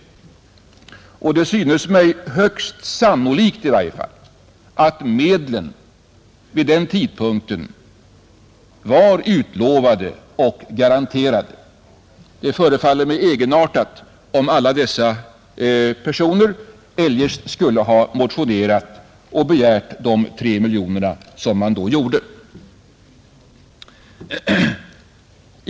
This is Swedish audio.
Det synes mig i varje fall högst sannolikt att medlen vid den tidpunkten var utlovade och garanterade. Eljest förefaller det mig egenartat att alla dessa personer skulle ha motionerat och begärt de 3 miljonerna som man då gjorde.